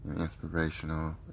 inspirational